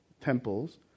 temples